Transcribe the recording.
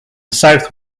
south